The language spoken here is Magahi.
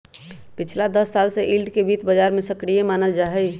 पिछला दस साल से यील्ड के वित्त बाजार में सक्रिय मानल जाहई